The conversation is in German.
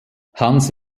hans